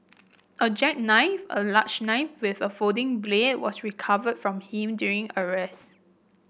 a jackknife a large knife with a folding blade was recovered from him during arrest